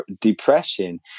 depression